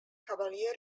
cavalier